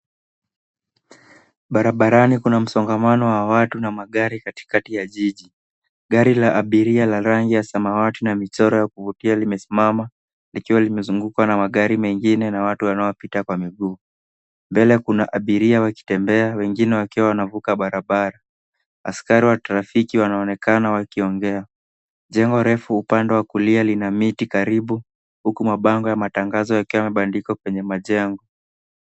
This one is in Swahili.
Barabarani kuna msongamano wa watu na magari katikati ya jiji. Gari la abiria la rangi ya samawati na michoro ya kuvutia limesimama likiwa limezungukwa na magari mengine na watu wanaopita kwa miguu. Mbele kuna abiria wakitembea, wengine wakiwa wanavuka barabara. Askari wa trafiki wanaonekana wakiongea. Jengo refu upande wa kulia lina miti karibu huku mabango ya matangazo yakiwa yamebandika kwenye majengo.